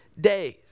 days